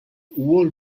wall